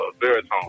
baritone